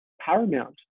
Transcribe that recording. paramount